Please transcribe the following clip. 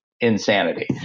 insanity